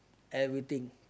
everything